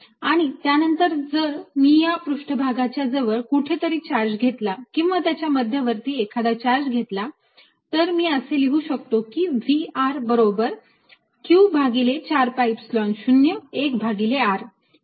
आणि त्यानंतर जर मी या पृष्ठभागाच्या जवळ कुठेतरी एखादा चार्ज घेतला किंवा याच्या मध्यावर्ती एखादा चार्ज घेतला तर मी असे लिहू शकतो की V बरोबर q भागिले 4 pi epsilon 0 1 भागिले r